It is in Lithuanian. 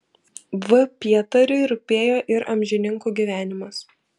v pietariui rūpėjo ir amžininkų gyvenimas